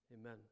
Amen